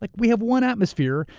like we have one atmosphere,